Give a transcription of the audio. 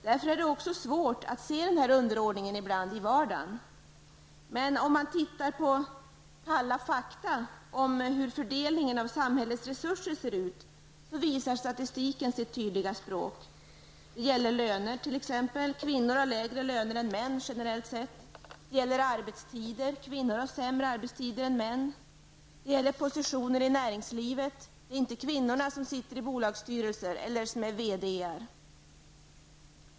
Därför är också underordningen ibland svår att se i vardagen. Statistiken över hur fördelningen av samhällets resurser ser ut talar dock sitt tydliga språk. Det gäller t.ex. löner; kvinnor har generellt sett lägre löner än män. Det gäller arbetstider; kvinnor har sämre arbetstider än män. Det gäller positioner i näringslivet; det är inte kvinnor som sitter i bolagsstyrelser eller som är verkställande direktörer.